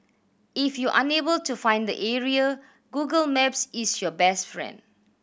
if you unable to find the area Google Maps is your best friend